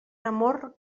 amor